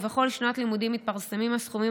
ובכל שנת לימודים מתפרסמים הסכומים